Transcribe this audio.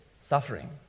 suffering